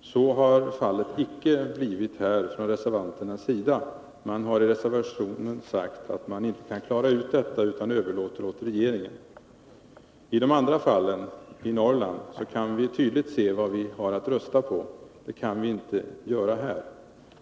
Så har förhållandet icke varit från reservanternas sida i det här fallet. Man har i reservationen sagt att man inte kan klara ut detta, utan överlåter det åt regeringen. I de andra fallen, de som gäller kommuner i Norrland, kan vi tydligt se vad vi har att rösta om. Det kan vi inte göra beträffande Gotlands kommun.